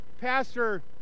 Pastor